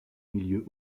milieu